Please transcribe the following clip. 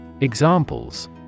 Examples